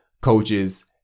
coaches